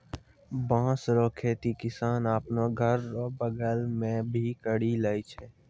बाँस रो खेती किसान आपनो घर रो बगल मे भी करि लै छै